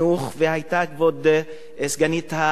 והיתה כבוד סגנית השרה.